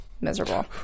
Miserable